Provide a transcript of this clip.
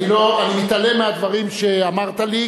אני מתעלם מהדברים שאמרת לי,